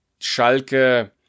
Schalke